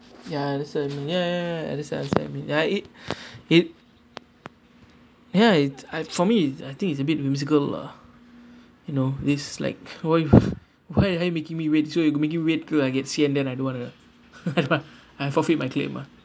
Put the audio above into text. ya I understand ya ya ya understand understand I mean ya it it ya it I for me it's I think it's a bit whimsical lah you know this like why why you all are making me wait so you're making me wait cause I get sick and then I don't want to I forfeit my claim ah